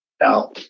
Now